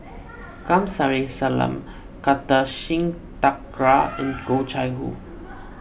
Kamsari Salam Kartar Singh Thakral and Oh Chai Hoo